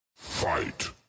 Fight